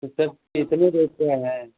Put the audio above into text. तो सर कितने रेट के हैं